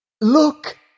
Look